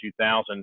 2000